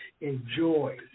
enjoy